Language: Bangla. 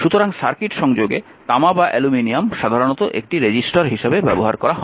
সুতরাং সার্কিট সংযোগে তামা বা অ্যালুমিনিয়াম সাধারণত একটি রেজিস্টার হিসাবে ব্যবহার করা হয় না